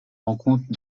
rencontre